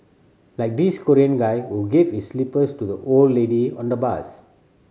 like this Korean guy who gave his slippers to the old lady on the bus